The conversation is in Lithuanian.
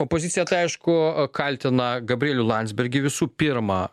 opozicija tai aišku kaltina gabrielių landsbergį visų pirma